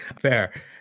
Fair